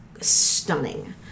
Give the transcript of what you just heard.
stunning